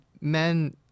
men